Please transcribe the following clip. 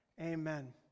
Amen